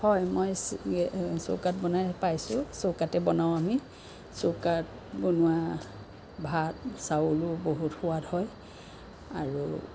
হয় মই চৌকাত বনাই পাইছোঁ চৌকাতে বনাওঁ আমি চৌকাত বনোৱা ভাত চাউলো বহুত সোৱাদ হয় আৰু